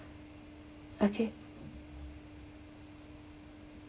okay